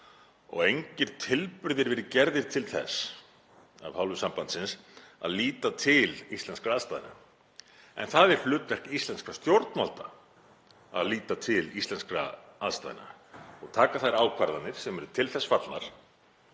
og engir tilburðir hafa verið gerðir til þess af hálfu sambandsins að líta til íslenskra aðstæðna. En það er hlutverk íslenskra stjórnvalda að líta til íslenskra aðstæðna og taka þær ákvarðanir sem eru til þess fallnar